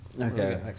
Okay